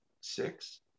six